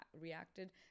reacted